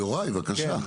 יוראי, בבקשה.